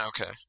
Okay